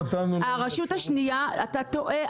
הרשות השנייה --- בזמנו נתנו ל --- אתה טועה,